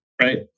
right